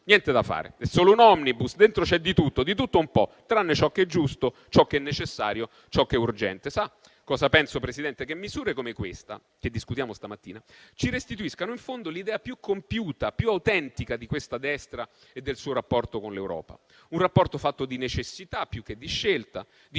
niente da fare: è solo un *omnibus*, dentro c'è di tutto, di tutto un po' tranne ciò che è giusto, ciò che è necessario, ciò che è urgente. Sa cosa penso, Presidente? Penso che misure come quella che discutiamo questa mattina ci restituiscano in fondo l'idea più compiuta e più autentica di questa destra e del suo rapporto con l'Europa: un rapporto fatto di necessità più che di scelta, di